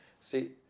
See